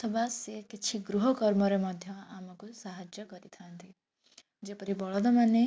ଅଥବା ସିଏ କିଛି ଗୃହ କର୍ମରେ ମଧ୍ୟ ଆମକୁ ସାହାଯ୍ୟ କରିଥାନ୍ତି ଯେପରି ବଳଦମାନେ